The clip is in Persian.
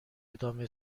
ادامه